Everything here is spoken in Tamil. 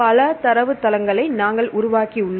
பல தரவுத்தளங்களை நாங்கள் உருவாக்கியுள்ளோம்